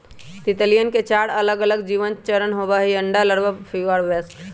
तितलियवन के चार अलगअलग जीवन चरण होबा हई अंडा, लार्वा, प्यूपा और वयस्क